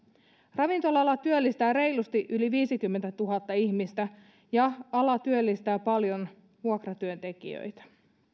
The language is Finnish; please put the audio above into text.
ravintola ala työllistää reilusti yli viisikymmentätuhatta ihmistä ja ala työllistää paljon vuokratyöntekijöitä